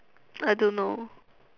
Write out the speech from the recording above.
I don't know